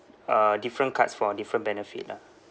uh different cards for different benefit lah